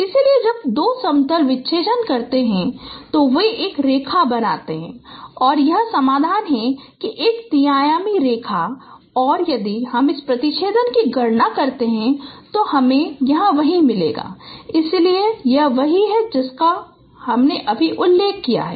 इसलिए जब दो समतल प्रतिच्छेद करते हैं वे एक रेखा बनाते हैं और यह समाधान है कि एक तीन आयामी रेखा है और यदि हम इस प्रतिच्छेदन की गणना करते हैं तो हमें वही मिलेगा इसलिए यह वही है जिसका हमने अभी उल्लेख किया है